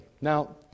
Now